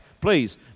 please